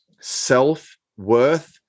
self-worth